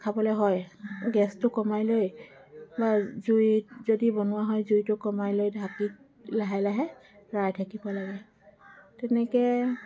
খাবলৈ হয় গেছটো কমাই লৈ বা জুইত যদি বনোৱা হয় জুইটো কমাই লৈ ঢাকি লাহে লাহে লৰাই থাকিব লাগে তেনেকৈ